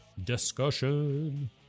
discussion